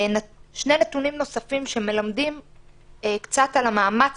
שני נתונים נוספים שמלמדים קצת על המאמץ